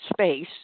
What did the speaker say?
space